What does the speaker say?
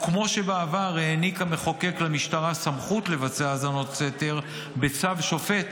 כמו שבעבר העניק המחוקק למשטרה סמכות לבצע האזנות סתר בצו שופט,